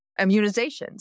Immunizations